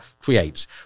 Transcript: creates